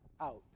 out